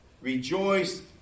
rejoice